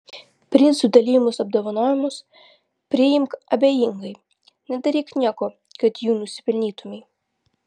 princų dalijamus apdovanojimus priimk abejingai nedaryk nieko kad jų nusipelnytumei